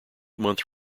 month